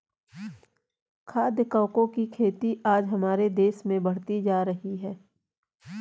खाद्य कवकों की खेती आज हमारे देश में बढ़ती जा रही है